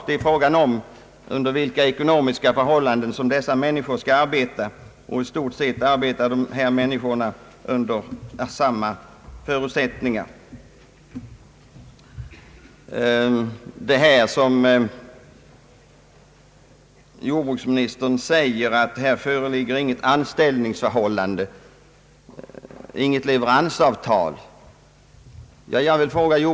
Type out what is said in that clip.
Det är fråga om under vilka ekonomiska förhållanden människorna skall arbeta, och i stort sett arbetar de under samma förutsättningar.